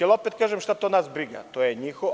Ali, opet kažem, šta to nas briga, to je njihovo.